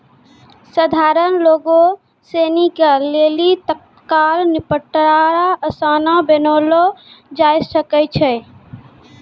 सधारण लोगो सिनी के लेली तत्काल निपटारा असान बनैलो जाय सकै छै